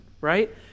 right